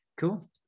cool